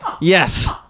yes